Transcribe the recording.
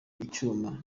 icyuma